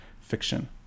fiction